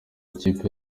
ikipe